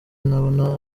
ntabona